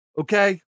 Okay